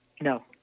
No